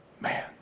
man